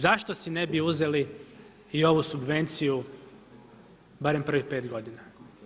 Zašto si ne bi uzeli i ovu subvenciju barem prvih 5 godina.